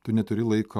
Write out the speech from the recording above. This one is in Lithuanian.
tu neturi laiko